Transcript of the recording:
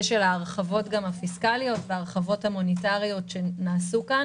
ההרחבות הפיסקליות וההרחבות המוניטריות שנעשו כאן